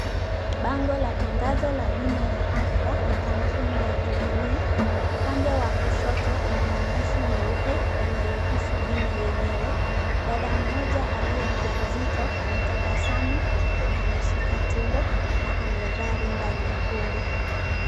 Bango la tangazo la bima ya afya la kampuni ya Jubilee. Upande wa kushoto una maandishi nyeupe yanayohusu bima yenyewe. Dada mmoja aliye mjamzito anatabasamu huku ameshika tumbo na amevaa rinda nyekundu.